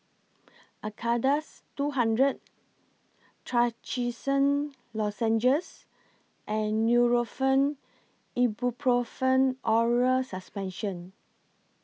Acardust two hundred Trachisan Lozenges and Nurofen Ibuprofen Oral Suspension